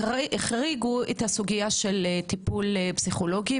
החריגו את הסוגיה של טיפול פסיכולוגי,